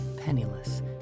penniless